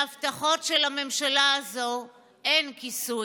להבטחות של הממשלה הזאת אין כיסוי.